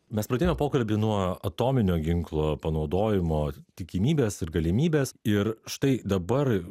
mes pradėjome pokalbį nuo atominio ginklo panaudojimo tikimybės ir galimybes ir štai dabar